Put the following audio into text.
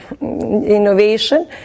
innovation